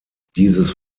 dieses